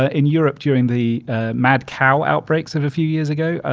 ah in europe during the mad cow outbreaks of a few years ago,